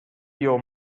your